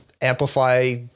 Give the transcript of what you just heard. amplify